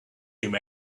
him